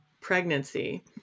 pregnancy